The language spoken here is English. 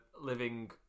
living